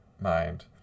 mind